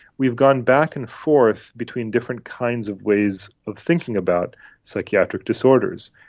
we've gone back and forth between different kinds of ways of thinking about psychiatric disorders.